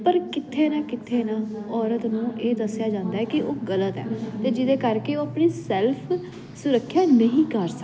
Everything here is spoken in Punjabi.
ਪਰ ਕਿੱਥੇ ਨਾ ਕਿੱਥੇ ਨਾ ਔਰਤ ਨੂੰ ਇਹ ਦੱਸਿਆ ਜਾਂਦਾ ਕਿ ਉਹ ਗਲਤ ਹ ਤੇ ਜਿਹਦੇ ਕਰਕੇ ਉਹ ਆਪਣੀ ਸੈਲਫ ਸੁਰੱਖਿਆ ਨਹੀਂ ਕਰ ਸਕਦੀ